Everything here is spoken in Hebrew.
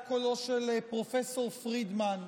האחד היה קולו של פרופ' פרידמן,